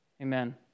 Amen